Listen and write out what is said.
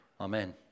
Amen